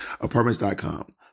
Apartments.com